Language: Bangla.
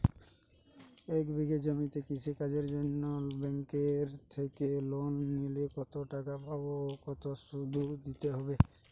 এক বিঘে জমিতে কৃষি কাজের জন্য ব্যাঙ্কের থেকে লোন নিলে কত টাকা পাবো ও কত শুধু দিতে হবে?